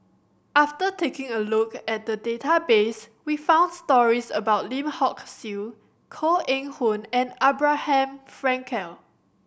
after taking a look at the database we found stories about Lim Hock Siew Koh Eng Hoon and Abraham Frankel